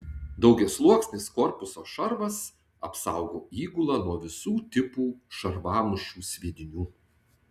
daugiasluoksnis korpuso šarvas apsaugo įgulą nuo visų tipų šarvamušių sviedinių